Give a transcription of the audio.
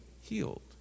Healed